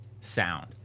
sound